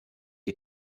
die